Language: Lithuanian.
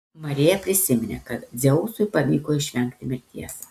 marija prisiminė kad ir dzeusui pavyko išvengti mirties